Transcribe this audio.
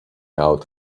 out